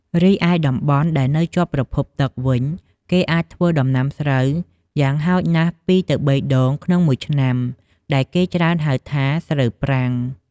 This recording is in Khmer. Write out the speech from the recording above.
រីឯតំបន់ដែលនៅជាប់ប្រភពទឹកវិញ គេអាចធ្វើដំណាំស្រូវយ៉ាងហោចណាស់ពីរទៅបីដងក្នុងមួយឆ្នាំ ដែលគេច្រើនហៅថាស្រូវប្រាំង។